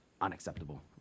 unacceptable